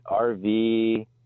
RV